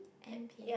N_P